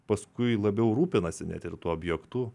paskui labiau rūpinasi net ir tuo objektu